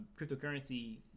cryptocurrency